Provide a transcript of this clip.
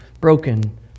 broken